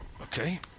Okay